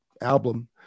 album